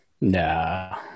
Nah